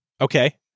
Okay